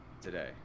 today